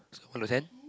so one to ten